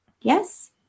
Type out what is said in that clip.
Yes